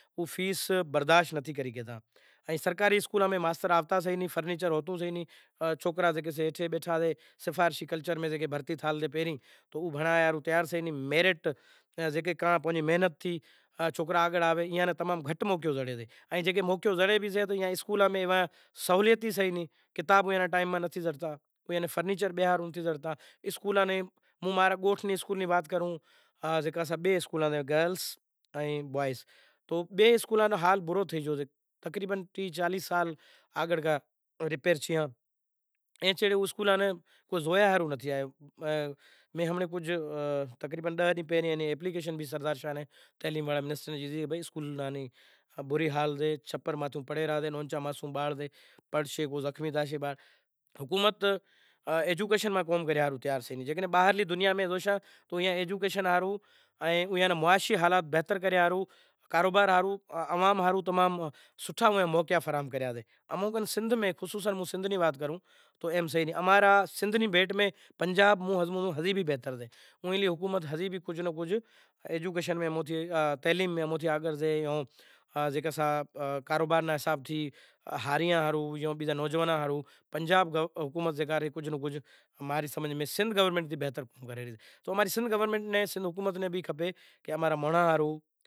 بھائی گوار جیکو بھی سئہ گرمی میں تھئیسے گوار ای سئہ کہ پہلے پانڑی دیگڑی میں پانڑی راکھشو وڑے ایئے ناں چنگی طرح سڑایو پسے سڑائیوے پسے ایئے ناں نئے سر اتارو وری امیں تیل ہنڑو وری گوار راکھے چنگی طرح ہلائے کھادھو۔ ای گرمی رو فصل سئے مطلب وری بھینڈیوں، بھینڈیوں ای شئے کی شروع میں پہری تیل پکو کرو، تیل پکو کری وڑے لانڑ رو داگ ہنڑو، داگ ہنڑے وڑے بھینڈیوں وڈھی راکھسو پسے انے تیار کرے پسے وڑے روٹلاں رو پروگرام کریوں، روٹلاں رو پروگرام ای سئہ کہ پہری پانڑی، میٹھ لونڑ ترن چیزیں ملایوں، ترن چیزیں ملائے پسے کلاڑی راکھے پسے روٹلا گھڑوا شی ٹھیک اے ناں، روٹلا گھڑاوے پسے وڑی ای امیں کھاتا۔ ای گرمیاں رو شے، سیاراں روں سے مٹر، مٹر ای سئے کہ مٹر پھولے شاگ وگیرا کروں جیکو ای شئے، انیں بیزو سئے سیمپلی، سیمپلی مطلب والور، ای بھی سیاراں رو ایٹم سی ایئے ناں جیووں بھینڈیوں رو شاگ کرے ایوا نمونے تے ایئاں رو شاگ کریوں زائیشے، ٹھیک اے، ایئں ناں علاوا بیزی وات ای سئے کہ سبزی جیکو سئے سیاراں ری سئے، متھی دہانڑا، پھودنو وگیرا متھے ہنڑے، شوں ایئے ماہ ذائقو تھاشئے۔